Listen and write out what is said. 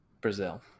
Brazil